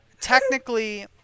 technically